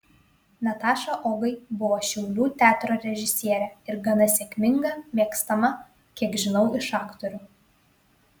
nataša ogai buvo šiaulių teatro režisierė ir gana sėkminga mėgstama kiek žinau iš aktorių